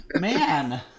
Man